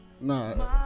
Nah